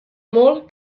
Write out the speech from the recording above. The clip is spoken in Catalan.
molt